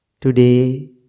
Today